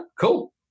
cool